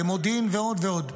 למודיעין ועוד ועוד.